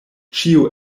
ĉio